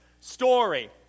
story